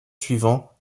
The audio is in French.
suivants